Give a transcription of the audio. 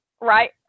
right